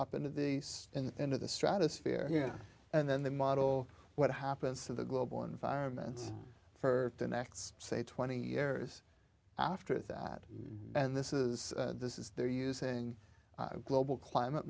up into the into the stratosphere and then the model what happens to the global environment for the next say twenty years after that and this is this is they're using global climate